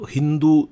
Hindu